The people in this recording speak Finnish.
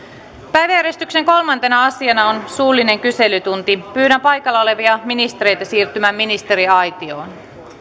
päiväjärjestyksen kolmantena asiana on suullinen kyselytunti pyydän paikalla olevia ministereitä siirtymään ministeriaitioon